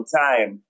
time